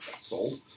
Sold